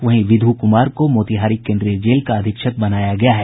वहीं विध् कुमार को मोतिहारी केन्द्रीय जेल का अधीक्षक बनाया गया है